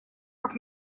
как